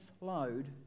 load